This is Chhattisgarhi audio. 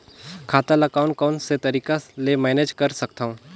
खाता ल कौन कौन से तरीका ले मैनेज कर सकथव?